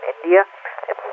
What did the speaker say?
India